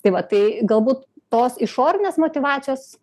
tai va tai galbūt tos išorinės motyvacijos